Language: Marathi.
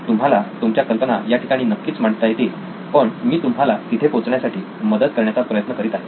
तुम्हाला तुमच्या कल्पना या ठिकाणी नक्कीच मांडता येतील पण मी तुम्हाला तिथे पोचण्यासाठी मदत करण्याचा प्रयत्न करीत आहे